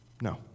No